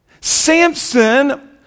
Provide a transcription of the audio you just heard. Samson